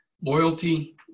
Loyalty